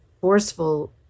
forceful